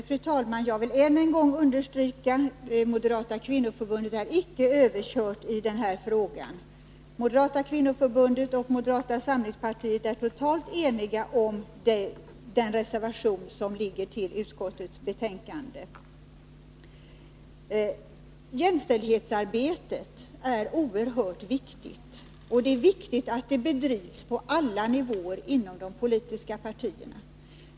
Fru talman! Jag vill än en gång understryka att Moderata kvinnoförbundet inte är överkört i den här frågan. Kvinnoförbundet och moderata samlingspartiet är totalt eniga om den reservation till utskottsbetänkandet som föreligger. Jämställdhetsarbetet är oerhört viktigt, och det är viktigt att det bedrivs på alla nivåer inom de politiska partierna.